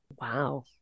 wow